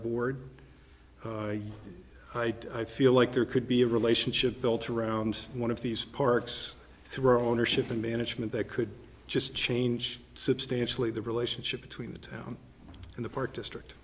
board i feel like there could be a relationship built around one of these parks throne or shipping management that could just change substantially the relationship between the town and the park district